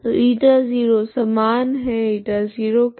तो η0 समान है η0 के